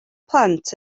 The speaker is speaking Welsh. plant